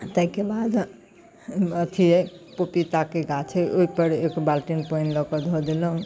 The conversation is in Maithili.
ताहिके बाद अथी अइ पपीताके गाछ अइ ओहिपर एक बाल्टी पानि लऽ कऽ धऽ देलहुँ